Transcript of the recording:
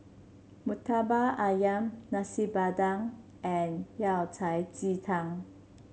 murtabak ayam Nasi Padang and Yao Cai Ji Tang